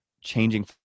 changing